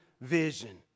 vision